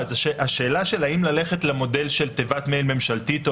השאלה אם ללכת למודל של תיבת מייל ממשלתית או